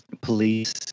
police